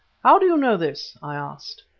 how do you know this? i asked.